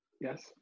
yes